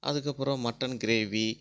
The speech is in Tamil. அதற்கப்பறம் மட்டன் கிரேவி